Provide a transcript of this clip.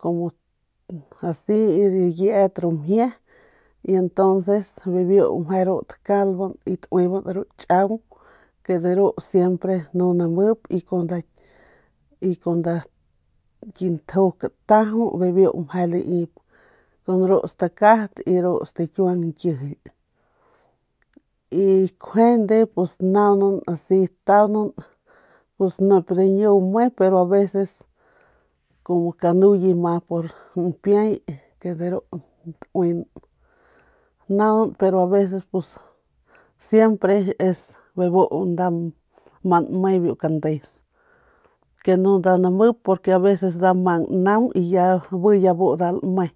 como asi diyet ru mjie de ru takalban ru chaung y de ru nu namip y kun nda ki ntju kataju kun ru stakat y ru stikiuang ñkijily y taunan naunan nip dañu me pero kumu kanuye ma pur npiay ke de ru tauin y siempre nda ma nme biu kandes ke nu nda mnamip aveces nda mang naung y bi ya bu nda lame